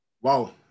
Wow